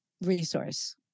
resource